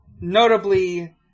notably